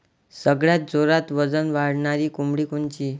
सगळ्यात जोरात वजन वाढणारी कोंबडी कोनची?